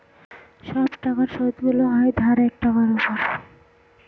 সব টাকার সুদগুলো হয় ধারের টাকার উপর